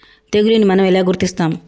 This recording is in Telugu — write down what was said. తెగులుని మనం ఎలా గుర్తిస్తాము?